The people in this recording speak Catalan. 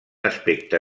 aspecte